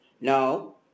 No